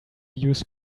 use